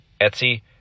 Etsy